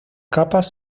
capas